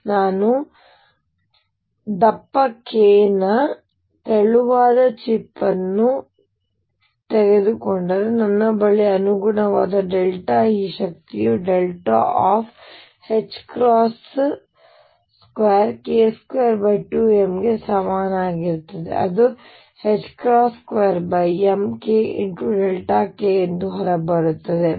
ಮತ್ತು ನಾನು ದಪ್ಪ k ನ ತೆಳುವಾದ ಚಿಪ್ಪನ್ನು ತೆಗೆದುಕೊಂಡರೆ ನನ್ನ ಬಳಿ ಅನುಗುಣವಾದ E ಶಕ್ತಿಯು 2k22m ಗೆ ಸಮಾನವಾಗಿರುತ್ತದೆ ಅದು 2m kk ಎಂದು ಹೊರಬರುತ್ತದೆ